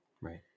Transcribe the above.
right